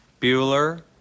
Bueller